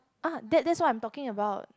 ah that that's what I'm talking about